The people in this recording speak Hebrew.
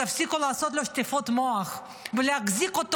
תפסיקו לעשות לו שטיפות מוח ולהחזיק אותו